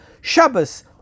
Shabbos